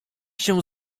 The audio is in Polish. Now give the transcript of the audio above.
się